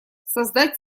создать